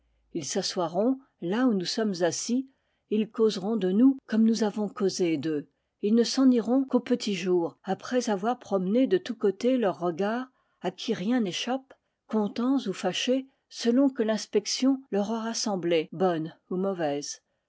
ils s'assoiront là où nous sommes assis et ils causeront de nous comme nous avons causé d'eux et ils ne s'en iront qu'au petit jour après avoir promené de tous côtés leurs regards à qui rien n'échappe contents ou fâchés selon que l'inspection leur aura semblé bonne ou mauvaise